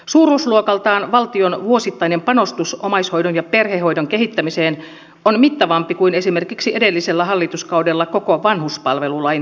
suuruusluokaltaan valtion vuosittainen panostus omaishoidon ja perhehoidon kehittämiseen on mittavampi kuin esimerkiksi edellisellä hallituskaudella koko vanhuspalvelulain toimeenpanoon